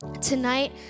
Tonight